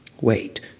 wait